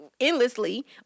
endlessly